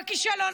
בכישלון.